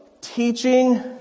teaching